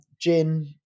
gin